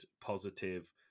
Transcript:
positive